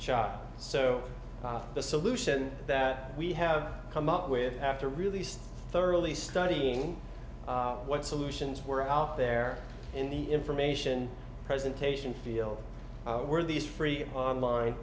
so the solution that we have come up with after release thoroughly studying what solutions were out there in the information presentation field were these free online